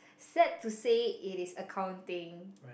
sad to say it is accounting